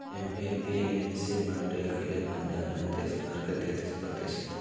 APMC मंडी अकेले पंजाब मे देश भर के तेतीस प्रतिशत हई